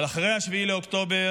אבל אחרי 7 באוקטובר,